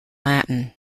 latin